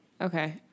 Okay